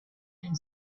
and